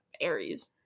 Aries